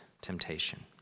temptation